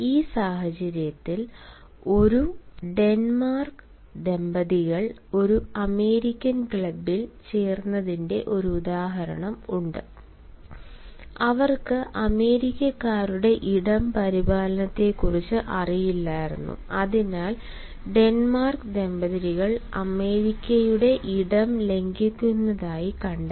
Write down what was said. ഈ സാഹചര്യത്തിൽ ഒരു ഡെൻമാർക്ക് ദമ്പതികൾ ഒരു അമേരിക്കൻ ക്ലബിൽ ചേർന്നതിന്റെ ഒരു ഉദാഹരണം ഉണ്ട് അവർക്ക് അമേരിക്കക്കാരുടെ ഇടം പരിപാലനത്തെക്കുറിച്ച് അറിയില്ലായിരുന്നു അതിനാൽ ഡെൻമാർക്ക് ദമ്പതികൾ അമേരിക്കയുടെ ഇടം ലംഘിക്കുന്നതായി കണ്ടെത്തി